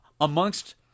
Amongst